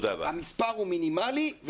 המספר הוא מינימלי,